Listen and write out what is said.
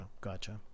Gotcha